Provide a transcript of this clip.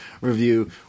review